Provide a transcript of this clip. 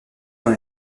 dans